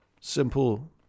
simple